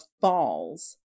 falls